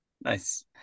nice